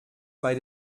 bei